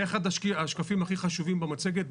זה אחד השקפים הכי חשובים במצגת,